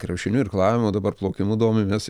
krepšiniu irklavimu o dabar plaukimu domimės